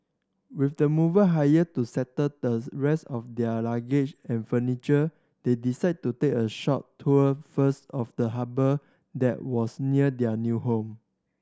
with the mover hired to settle the rest of their luggage and furniture they decide to take a short tour first of the harbour that was near their new home